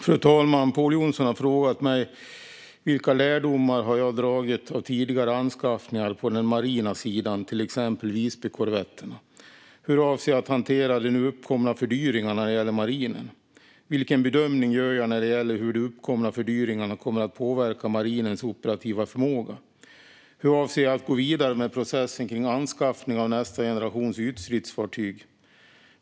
Fru talman! Pål Jonson har frågat mig: Vilka lärdomar har jag dragit av tidigare anskaffningar på den marina sidan, till exempel Visbykorvetterna? Hur avser jag att hantera de nu uppkomna fördyringarna när det gäller marinen? Vilken bedömning gör jag när det gäller hur de uppkomna fördyringarna kommer att påverka marinens operativa förmåga? Hur avser jag att gå vidare med processen när det gäller anskaffning av nästa generations ytstridsfartyg?